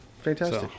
Fantastic